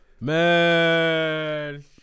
man